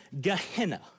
Gehenna